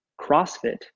CrossFit